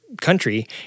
country